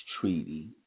treaty